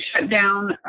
shutdown